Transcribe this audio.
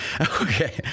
Okay